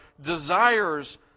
desires